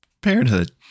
Parenthood